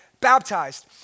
baptized